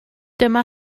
dyma